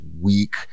week